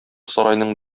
сарайның